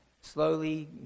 slowly